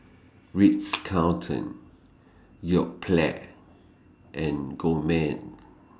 Ritz Carlton Yoplait and Gourmet